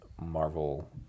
Marvel